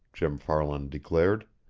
jim farland declared.